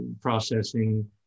processing